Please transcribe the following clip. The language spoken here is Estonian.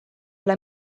ole